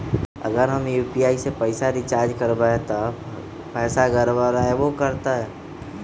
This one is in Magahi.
अगर हम यू.पी.आई से रिचार्ज करबै त पैसा गड़बड़ाई वो करतई?